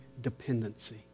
dependency